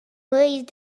raised